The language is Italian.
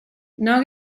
non